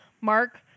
Mark